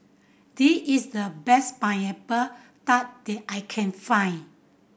the is the best Pineapple Tart that I can find